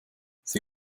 sie